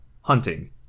hunting